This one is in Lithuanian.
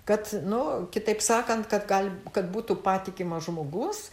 kad nu kitaip sakant kad gali kad būtų patikimas žmogus